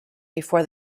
before